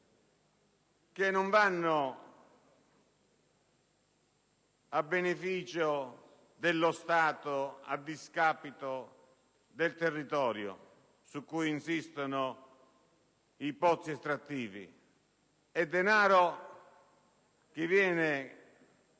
che non vanno a beneficio dello Stato a discapito del territorio su cui insistono i pozzi estrattivi; è denaro, invece,